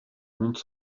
monte